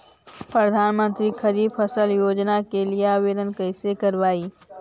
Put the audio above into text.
प्रधानमंत्री खारिफ फ़सल योजना के लिए आवेदन कैसे करबइ?